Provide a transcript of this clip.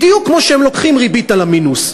בדיוק כמו שהם לוקחים ריבית על המינוס.